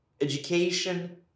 education